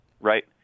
Right